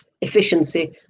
efficiency